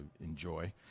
enjoy